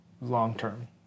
long-term